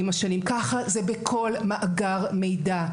ככה זה בכל מאגר מידע.